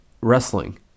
wrestling